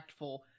impactful